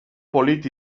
polit